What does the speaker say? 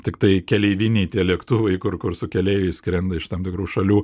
tiktai keleiviniai lėktuvai kur kur su keleiviais skrenda iš tam tikrų šalių